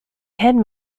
penn